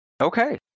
Okay